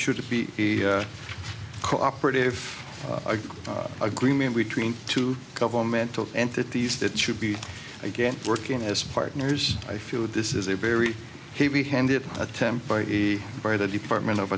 should be the cooperate if i can agreement between two governmental entities that should be again working as partners i feel that this is a very heavy handed attempt by the by the department of